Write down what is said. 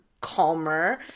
Calmer